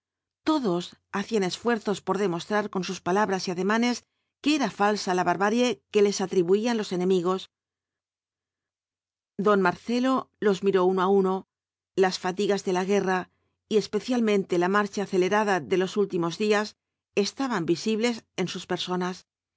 todos hacían esfuerzos por demostrar con sus palabras y ademanes que era falsa la barbarie que les atribuían los enemigos don marcelo los miró uno á uno las fatigas de a guerra y especialmente la marcha acelerada de los últimos días estaban visibles en sus personas